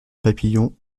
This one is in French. papillon